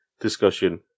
discussion